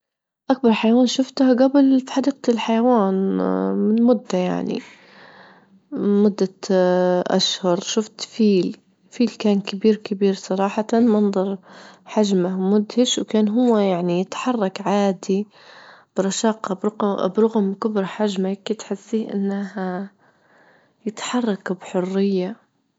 أكبر حيوان شفته جبل في حديقة الحيوان من مدة يعني، مدة أشهر شفت فيل- فيل كان كبير- كبير صراحة، منظر حجمه مدهش، وكان هو يعني يتحرك عادي برشاقة برك- برغم كبر حجمه، كي تحسيه إنه يتحرك بحرية.